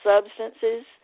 substances